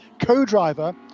co-driver